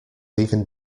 even